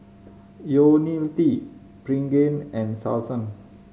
T Pregain and Selsun